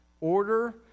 order